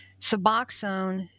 Suboxone